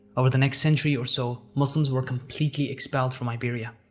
over the next century or so, muslims were completely expelled from iberia.